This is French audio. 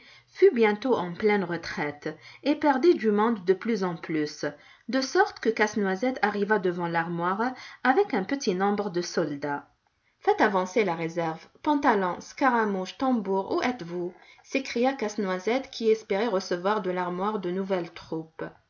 fut bientôt en pleine retraite et perdait du monde de plus en plus de sorte que casse-noisette arriva devant l'armoire avec un petit nombre de soldats faites avancer la réserve pantalon scaramouche tambour où êtes-vous s'écria casse-noisette qui espérait recevoir de l'armoire de nouvelles troupes